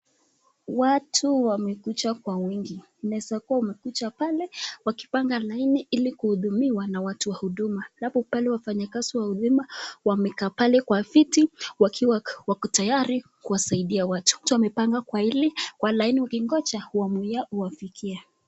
Watu wamekuja kwa wingi . Wanaeza kuwa wamekuja pale wakipanga laini hili kuhudumiwa na watu wa huduma . Pale wafanyakazi wa huduma wamekaa pale kwa vitu wakiwa wako tayari kuwasaidia watu. Watu wamepanga kwa laini wkigoja uamulia uwafikie.